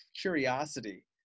curiosity